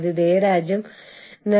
ചെറുതായി അൽപ്പം zoom out ചെയ്യുക